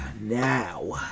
Now